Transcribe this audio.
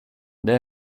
det